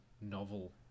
novel